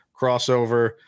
Crossover